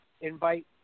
invite